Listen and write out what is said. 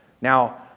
Now